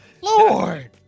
Lord